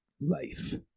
life